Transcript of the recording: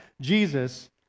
Jesus